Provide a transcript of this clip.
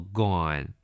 gone